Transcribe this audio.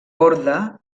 orde